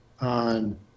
on